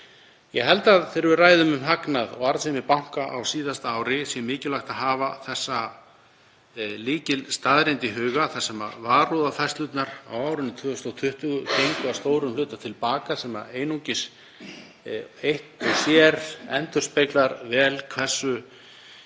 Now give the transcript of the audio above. Ég held að þegar við ræðum um hagnað og arðsemi banka á síðasta ári sé mikilvægt að hafa þessa lykilstaðreynd í huga þar sem varúðarfærslurnar á árinu 2020 gengu að stórum hluta til baka, sem eitt og sér endurspeglar vel hversu